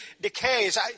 decays